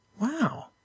Wow